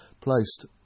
placed